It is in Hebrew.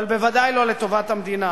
אבל בוודאי לא לטובת המדינה.